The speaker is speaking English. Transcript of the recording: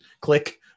click